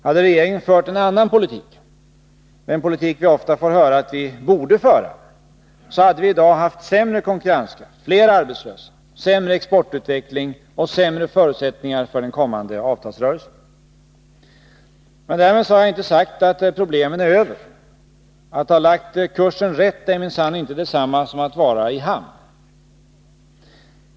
Hade regeringen fört en annan politik — den politik vi ofta får höra att vi borde föra — så hade vi i dag haft sämre konkurrenskraft, fler arbetslösa, sämre exportutveckling och sämre förutsättningar för den kommande avtalsrörelsen. Men därmed har jag inte sagt att problemen är över. Att ha lagt kursen rätt är minsann inte detsamma som att vara i hamn.